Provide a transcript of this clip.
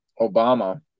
Obama